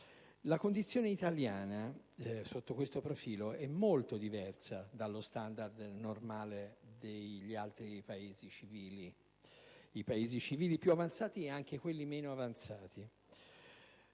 La condizione italiana, sotto questo profilo, è molto diversa dallo standard normale degli altri Paesi civili più avanzati e anche di quelli meno avanzati.